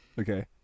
Okay